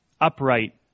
upright